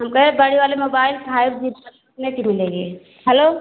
हम कह बड़ा वाला मोबाइल फाइव जी कितने का मिलेगा हलो